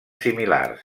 similars